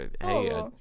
Hey